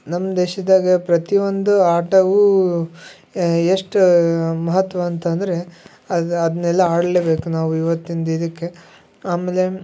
ನಮ್ಮ ದೇಶದಾಗ ಪ್ರತಿಯೊಂದು ಆಟವೂ ಎಷ್ಟು ಮಹತ್ವ ಅಂತಂದರೆ ಅದು ಅದನ್ನೆಲ್ಲಾ ಆಡಲೇಬೇಕು ನಾವು ಇವತ್ತಿನದ್ದು ಇದಕ್ಕೆ ಆಮೇಲೆ